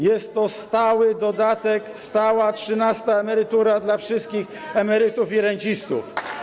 Jest to stały dodatek, stała trzynasta emerytura dla wszystkich emerytów i rencistów.